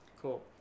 cool